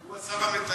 הוא השר המתאם.